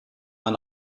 man